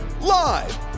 Live